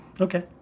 Okay